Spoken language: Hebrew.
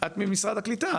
ממשרד הקליטה,